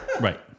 Right